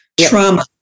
Trauma